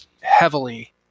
heavily